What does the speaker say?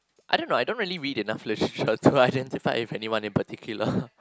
I don't know I don't really read enough Literature to identify if anyone in particular